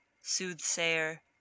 soothsayer